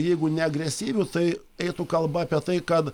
jeigu ne agresyviu tai eitų kalba apie tai kad